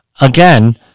again